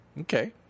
Okay